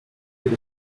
with